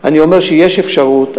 אני אומר שיש אפשרות.